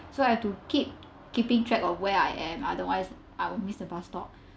and I have to to keep keeping track of where I am otherwise I will miss the bus stop I will miss the bus stop